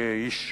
כאיש אשדוד,